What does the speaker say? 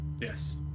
yes